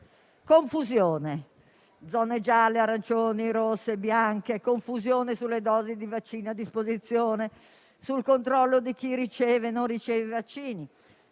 confusione sulle zone (gialle, arancioni, rosse, bianche) e confusione sulle dosi di vaccini a disposizione, nonché sul controllo di chi riceve i vaccini.